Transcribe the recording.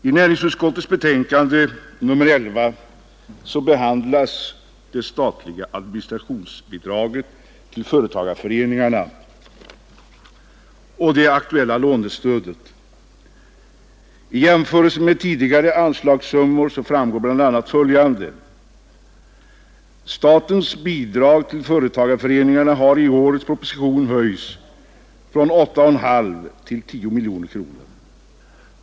I näringsutskottets betänkande nr 11 behandlas det statliga administrationsbidraget till företagarföreningarna och det aktuella lånestödet. I jämförelse med tidigare anslagssummor framgår bl.a. följande: Statens bidrag till företagarföreningarna har i årets proposition höjts från 8,5 miljoner till 10 miljoner kronor.